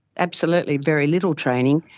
absolutely, very little training,